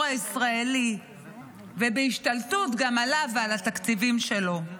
הישראלי ובהשתלטות גם עליו ועל התקציבים שלו,